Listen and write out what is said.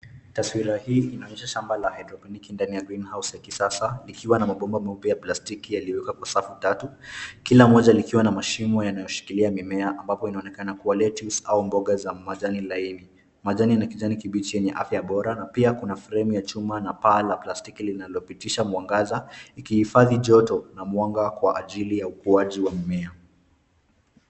Taswira hii inaonyesha shamba ya (cs)hydrophonic(cs) ndani ya Green House za kisasa likiwa na mabomba meupe ya plastiki yaliowekwa kwa safu tatu, kila moja likiwa na mashimo yanayoshikilia mimea ambapo inaonekana kuwa lettuce au boga za majani laini. Majani ina kijani kibichi yenye afya bora, na pia kuna fremu ya chuma na paa ya plastiki linalopitisha mwangaza likiifadhi joto na mwaga kwa ajili ya ukuaji wa mimea.